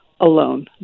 alone